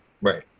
Right